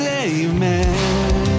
amen